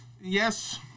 yes